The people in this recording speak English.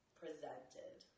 presented